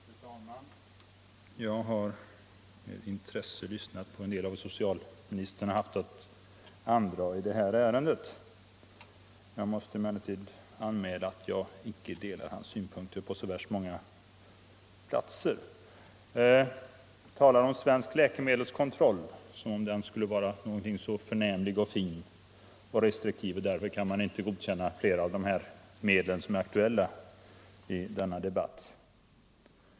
Fru talman! Jag har med intresse lyssnat på en del av vad socialministern haft att andra i detta ärende. Jag måste emellertid anmäla att jag icke delar hans uppfattning på så värst många punkter. Socialministern talar om svensk läkemedelskontroll som om den skulle vara så förnämlig och fin och restriktiv och att man därför inte kan godkänna flera av de medel som är aktuella i denna debatt.